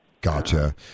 Gotcha